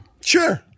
Sure